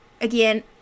again